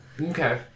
Okay